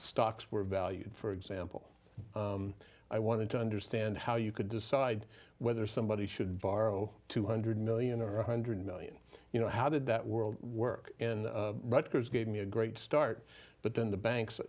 stocks were valued for example i wanted to understand how you could decide whether somebody should borrow two hundred million or one hundred million you know how did that world work in rutgers gave me a great start but then the banks